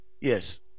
Yes